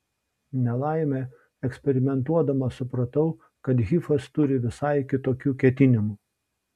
nelaimė eksperimentuodama supratau kad hifas turi visai kitokių ketinimų